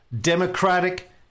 democratic